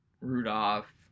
Rudolph